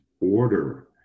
order